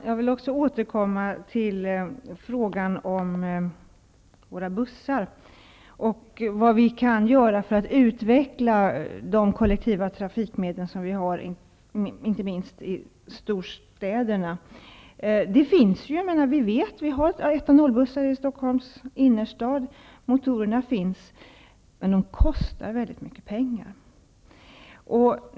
Herr talman! Också jag vill återkomma till frågan om bussarna och vad vi kan göra för att utveckla de kollektiva trafikmedlen, inte minst i storstäderna. Vi har i Stockholms innerstad etanolbussar. Motorer för etanoldrift finns, men de kostar mycket pengar.